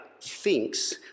thinks